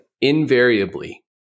invariably